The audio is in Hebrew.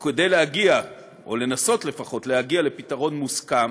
וכדי להגיע, או לפחות לנסות להגיע, לפתרון מוסכם